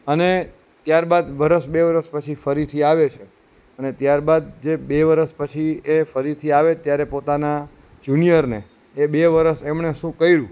અને ત્યારબાદ વર્ષ બે વર્ષ પછી ફરીથી આવે છે અને ત્યારબાદ જે બે વર્ષ પછી એ ફરીથી આવે ત્યારે પોતાના જુનિયરને એ બે વર્ષ એમણે શું કર્યું